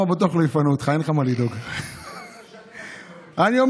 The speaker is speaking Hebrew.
חברת הכנסת השכל, הרי את